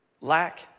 lack